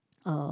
uh